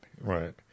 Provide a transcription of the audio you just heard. Right